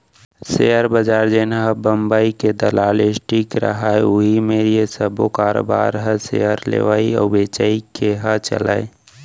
share बजार जेनहा बंबई के दलाल स्टीक रहय उही मेर ये सब्बो कारोबार ह सेयर लेवई अउ बेचई के ह चलय